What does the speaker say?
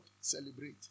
Celebrate